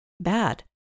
bad